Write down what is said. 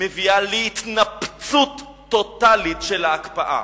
מביאה להתנפצות טוטלית של ההקפאה.